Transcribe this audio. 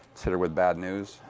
let's hit her with bad news.